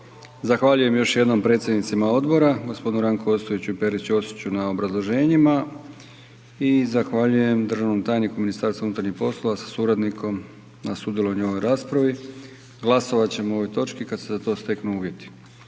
Zahvaljujem još jednom predsjednicima odbora, gospodinu Ranku Ostojiću i Peri Ćosiću na obrazloženjima i zahvaljujem državnom tajniku u MUP-u sa suradnikom na sudjelovanju u ovoj raspravi. Glasovat ćemo o ovoj točki kad se za to steknu uvjeti.